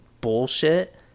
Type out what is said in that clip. bullshit